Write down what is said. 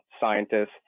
scientists